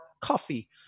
coffee